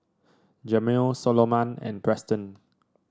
Jamel Soloman and Preston